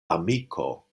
amiko